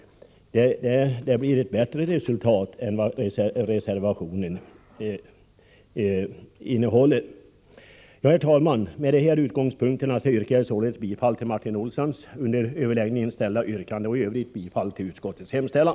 Vi skulle då få ett bättre resultat än vad den reservationen skulle medföra. Herr talman! Med de här utgångspunkterna yrkar jag således bifall till Martin Olssons under överläggningen ställda yrkande och i övrigt bifall till utskottets hemställan.